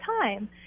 time